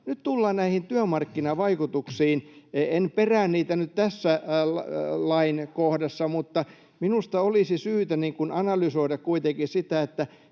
nyt tullaan näihin työmarkkinavaikutuksiin. En perää niitä nyt tässä lainkohdassa, mutta minusta olisi syytä analysoida kuitenkin sitä,